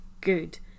good